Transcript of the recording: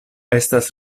estas